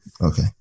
Okay